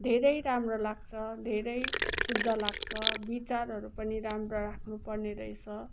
धेरै राम्रो लाग्छ धेरै शुद्ध लाग्छ विचारहरू पनि राम्रो राख्नुपर्ने रहेछ